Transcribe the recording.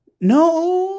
No